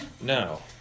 no